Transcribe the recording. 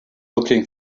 looking